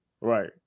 Right